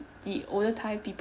the older time people